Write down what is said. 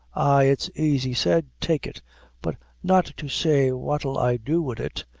ay, it's aisy said, take it but not to say what'll i do wid it,